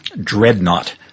dreadnought